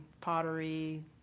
pottery